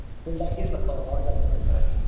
ಸ್ಕಿಡ್ಡಾಗಿ ಸ್ವಲ್ಪ ಸರ್ ಅಲ್ಲಿ